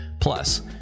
Plus